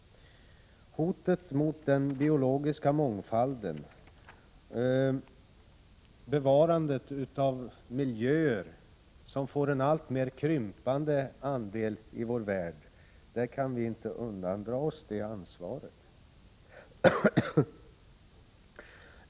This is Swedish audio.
Inför hotet mot den biologiska mångfalden kan vi inte undandra oss ansvaret för bevarandet av miljöer som får en alltmer krympande andel i vår värld.